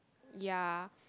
ya